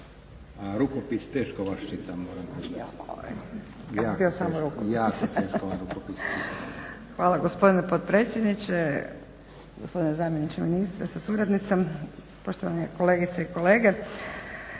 **Turina-Đurić, Nada (HNS)** Hvala gospodine potpredsjedniče. Gospodine zamjeniče ministra sa suradnicom. Poštovane kolegice i kolege.